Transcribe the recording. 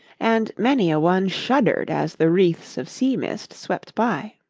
and many a one shuddered as the wreaths of sea-mist swept by.